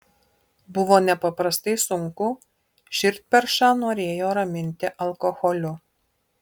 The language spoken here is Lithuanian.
buvo nepaprastai sunku širdperšą norėjo raminti alkoholiu